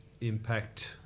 impact